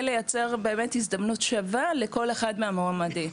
לייצר באמת הזדמנות שווה לכל אחד מהמועמדים.